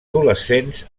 adolescents